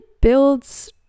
builds